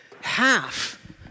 half